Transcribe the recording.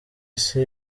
isi